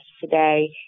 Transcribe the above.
today